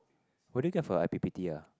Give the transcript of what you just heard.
what did you get for your I_P_P_T ah